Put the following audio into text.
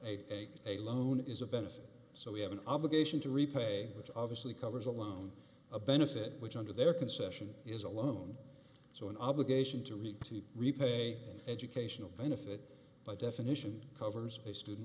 a loan is a benefit so we have an obligation to repay which obviously covers a loan a benefit which under their concession is a loan so an obligation to read to repay an educational benefit by definition covers a student